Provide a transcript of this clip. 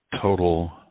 total